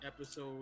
episode